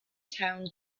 town